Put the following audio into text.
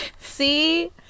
See